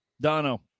Dono